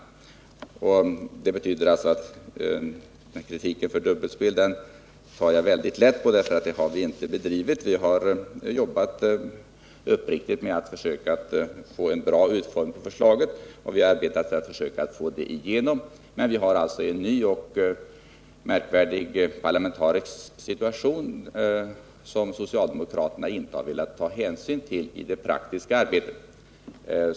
Kritiken för dubbelspel tar jag därför mycket lätt på. Något dubbelspel har vi inte bedrivit. Vi har jobbat uppriktigt med att försöka få till stånd en bra utformning av förslaget, och vi har arbetat på att försöka få igenom det. Men vi har en ny och annorlunda parlamentarisk situation, som socialdemokraterna inte har velat ta hänsyn till i det praktiska arbetet.